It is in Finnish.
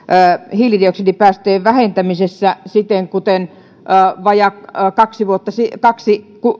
hiilidioksidipäästöjen vähentämisessä siten kuin vajaat kaksi